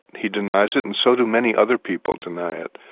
he denies it and so do many other people deny it.